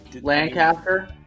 Lancaster